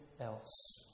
else